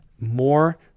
more